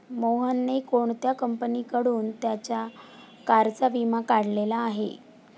मोहनने कोणत्या कंपनीकडून त्याच्या कारचा विमा काढलेला आहे?